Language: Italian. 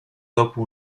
dopo